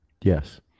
yes